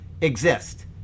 exist